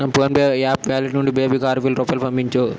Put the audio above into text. నా PhonePe app wallet నుండి బేబీకి ఆరు వేలు రూపాయలు పంపించు